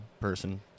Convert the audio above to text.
person